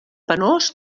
penós